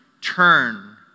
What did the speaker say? turn